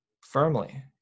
firmly